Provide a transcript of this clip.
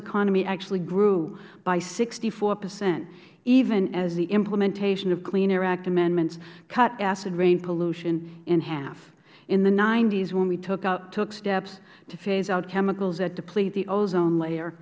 economy actually grew by sixty four percent even as the implementation of clean air act amendments cut acid rain pollution in half in the s when we took steps to phase out chemicals that deplete the ozone layer